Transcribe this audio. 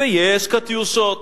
ויש "קטיושות"